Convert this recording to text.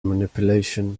manipulation